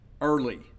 early